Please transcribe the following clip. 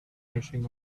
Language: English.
rushing